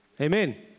Amen